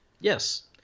Yes